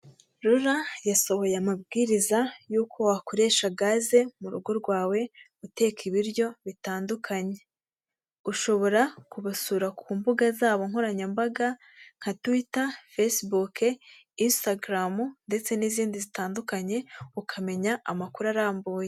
Rura yasohoye amabwiriza y'uko wakoresha gaze mu rugo rwawe uteka ibiryo bitandukanye, ushobora kubasura ku mbuga zabo nkoranyambaga nka tuwita, fesebuke, isitagaramu, ndetse n'izindi zitandukanye ukamenya amakuru arambuye.